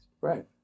Right